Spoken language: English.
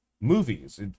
movies